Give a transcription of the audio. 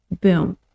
Boom